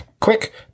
quick